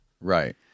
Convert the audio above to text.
Right